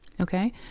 okay